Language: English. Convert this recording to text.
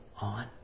on